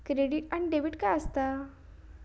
Credit आणि debit काय असता?